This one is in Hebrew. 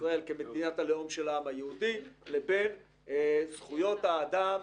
ישראל כמדינת הלאום של העם היהודי לבין זכויות האדם,